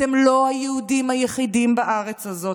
אתם לא היהודים היחידים בארץ הזאת,